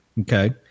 Okay